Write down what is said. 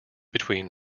between